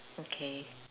okay